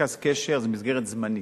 מרכז קשר זה מסגרת זמנית,